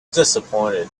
disappointed